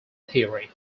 theory